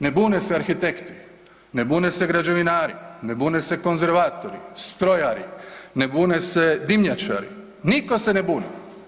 Ne bune se arhitekti, ne bune se građevinari, ne bune se konzervatori, strojari, ne bune se dimnjačari, niko se ne buni.